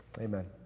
Amen